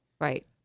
right